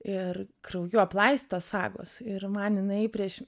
ir krauju aplaistytos sagos ir man jinai prieš